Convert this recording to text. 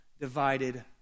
divided